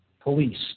police